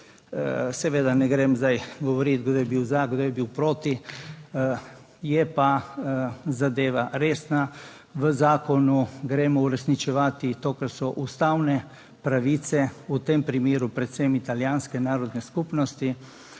Seveda ne grem zdaj govoriti kdo je bil za, kdo je bil proti. je pa zadeva resna. V zakonu gremo uresničevati to kar so ustavne pravice, v tem primeru predvsem italijanske narodne skupnosti,